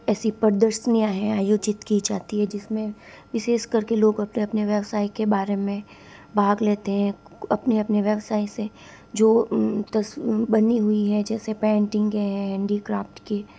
ऐसी प्रदर्शनियाँ है आयोजित की जाती है जिसमें विशेष करके लोग अपने अपने व्यवसाय के बारे में भाग लेते हैं अपने अपने व्यवसाय से जो तस बनी हुईं हैं जैसे पेंटिंग है हैंडिक्राफ़्ट की